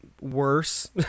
worse